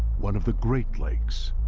one of the great lakes.